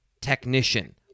technician